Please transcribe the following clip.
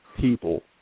people